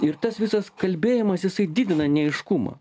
ir tas visas kalbėjimas jisai didina neaiškumą